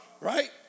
right